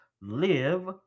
live